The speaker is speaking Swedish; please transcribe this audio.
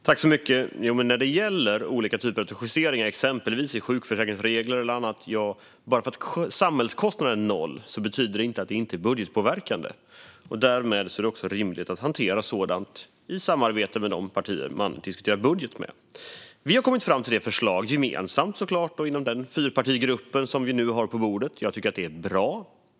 Herr talman! Vi har gjort olika typer av justeringar, exempelvis i sjukförsäkringsregler och annat. Bara för att samhällskostnaden är noll betyder det inte att det inte är budgetpåverkande. Därmed är det rimligt att hantera sådant i samarbete med de partier som man diskuterar budget med. Vi inom fyrpartigruppen har gemensamt kommit fram till det förslag som vi nu har på bordet. Jag tycker att det är bra.